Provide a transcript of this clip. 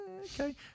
Okay